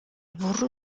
burro